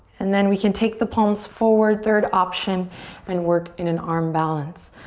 and then we can take the palms forward. third option and work in an arm balance,